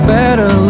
better